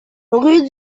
rue